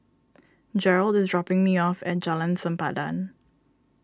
Gerald is dropping me off at Jalan Sempadan